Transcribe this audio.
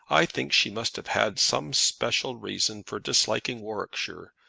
i think she must have had some special reason for disliking warwickshire,